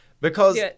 because-